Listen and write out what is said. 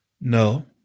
No